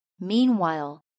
Meanwhile